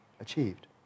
achieved